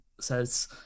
says